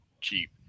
cheap